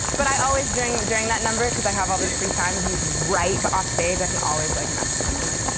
but i always during during that number, because i have all this free time, and he's right offstage, i can always like mess with him. i'm like,